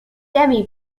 demi